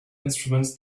instruments